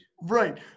right